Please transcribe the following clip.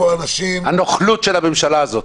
הנוכלות של הממשלה הזאת.